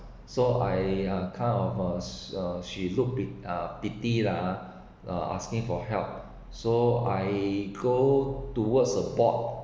so I kind of uh she looked uh pity ah uh asking for help so I go towards a board